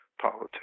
politics